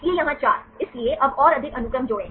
इसलिए यहां 4 इसलिए अब और अधिक अनुक्रम जोड़ें